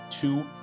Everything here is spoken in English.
two